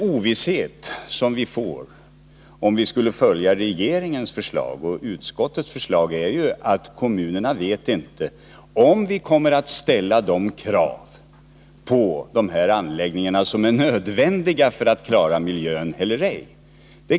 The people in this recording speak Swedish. Om vi följer regeringens och utskottets förslag, kommer det att råda ovisshet — kommunerna vet inte om vi kommer att ställa de miljökrav på anläggningarna som är nödvändiga eller ej.